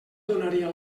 donaria